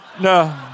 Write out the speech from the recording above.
No